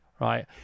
right